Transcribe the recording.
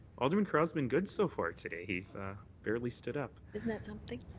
alderman carra been good so far today. he's barely stood up. isn't that something?